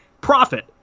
profit